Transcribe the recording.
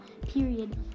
period